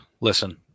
listen